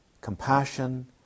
compassion